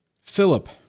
Philip